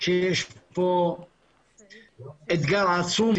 אני בטוח, שאתה חברנו סעיד, אתה תוביל.